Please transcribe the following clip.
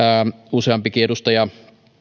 useampikin edustaja